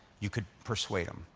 you could persuade him.